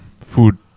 food